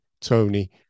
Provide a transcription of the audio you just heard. Tony